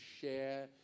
share